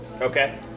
Okay